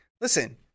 listen